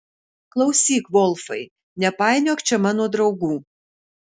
klausyk volfai nepainiok čia mano draugų